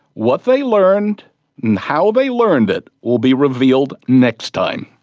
what they learned and how they learned it will be revealed next time.